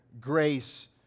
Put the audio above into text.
grace